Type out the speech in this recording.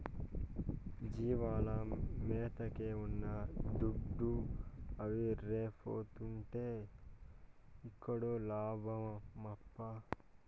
జీవాల మేతకే ఉన్న దుడ్డు ఆవిరైపోతుంటే ఇంకేడ లాభమప్పా